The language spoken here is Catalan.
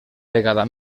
vegada